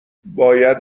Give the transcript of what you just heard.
باید